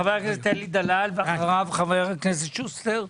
חבר הכנסת אלי דלל, ואחריו חבר הכנסת שוסטר.